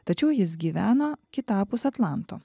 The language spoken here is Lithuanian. tačiau jis gyvena kitapus atlanto